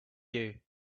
you